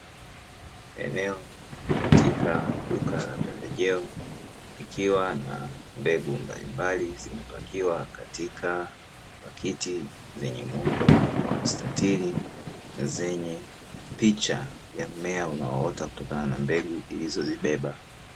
Eneo katika duka la pembejeo likiwa na mbegu mbalimbali zilizopakiwa katika pakiti vyenye muundo wa mstatiri, zenye picha ya mmea unaoota kutokana na mbegu ilizozibeba.